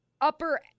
upper